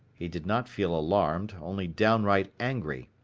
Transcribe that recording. he did not feel alarmed, only downright angry.